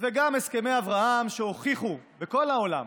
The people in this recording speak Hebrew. וגם הסכמי אברהם שהוכיחו בכל העולם